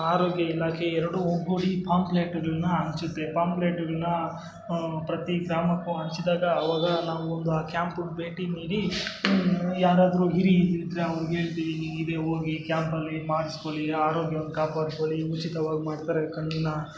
ಆರೋಗ್ಯ ಇಲಾಖೆ ಎರಡು ಒಗ್ಗೂಡಿ ಪಾಂಪ್ಲೆಟುಗಳನ್ನ ಹಂಚುತ್ತೆ ಪಾಂಪ್ಲೆಟುಗಳ್ನ ಪ್ರತಿ ಗ್ರಾಮಕ್ಕೂ ಹಂಚ್ದಾಗ ಅವಾಗ ನಾವೊಂದು ಆ ಕ್ಯಾಂಪಿಗೆ ಭೇಟಿ ನೀಡಿ ಯಾರಾದರೂ ಹಿರಿಯರು ಇದ್ದರೆ ಅವ್ರಿಗೆ ಹೇಳ್ತಿವಿ ಹೀಗೀಗ್ ಇದೆ ಹೋಗಿ ಕ್ಯಾಂಪಲ್ಲಿ ಮಾಡಿಸ್ಕೋಳಿ ಆರೋಗ್ಯವನ್ನು ಕಾಪಾಡ್ಕೋಳಿ ಉಚಿತವಾಗಿ ಮಾಡ್ತಾರೆ ಕಣ್ಣಿನ